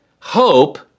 hope